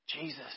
Jesus